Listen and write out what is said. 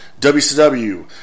WCW